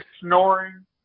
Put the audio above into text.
snoring